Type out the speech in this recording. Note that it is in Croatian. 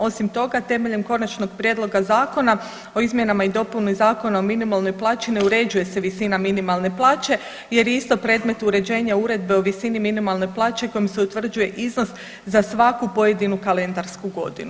Osim toga, temeljem konačnog prijedloga zakona o izmjenama i dopuni Zakona o minimalnoj plaći ne uređuje se visina minimalne plaće jer je ista predmet uređenja Uredbe o visini minimalne plaće kojom se utvrđuje iznos za svaku pojedinu kalendarsku godinu.